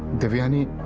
devyani.